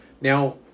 Now